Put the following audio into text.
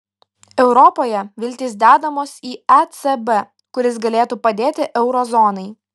europoje viltys dedamos į ecb kuris galėtų padėti euro zonai